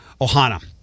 Ohana